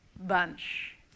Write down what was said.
bunch